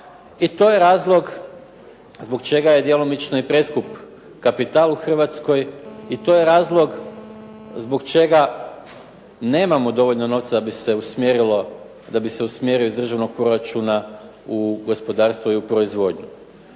I to je razlog zbog čega je djelomično i preskup kapital u Hrvatskoj i to je razlog zbog čega nemamo dovoljno novca da bi se usmjerio iz državnog proračuna u gospodarstvo i proizvodnju.